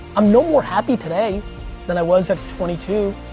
i'm no more happy today than i was at twenty two.